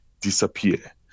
disappear